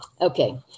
Okay